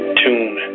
tune